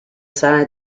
side